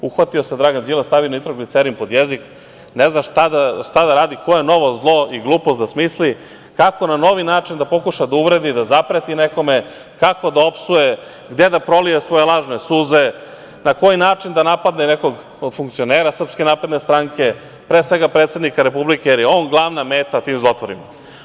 Uhvatio se Dragan Đilas, stavio nitroglicerin pod jezik, ne zna šta da radi, koje novo zlo i glupost da smisli, kako na novi način da pokuša da uvredi i da zapreti nekome, kako da opsuje, gde da prolije svoje lažne suze, na koji način da napadne nekog od funkcionera SNS, pre svega predsednika Republike, jer je on glavna meta tim zlotvorima.